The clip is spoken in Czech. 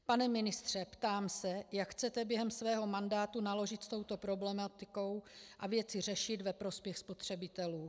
Pane ministře, ptám se, jak chcete během svého mandátu naložit s touto problematikou a věci řešit ve prospěch spotřebitelů.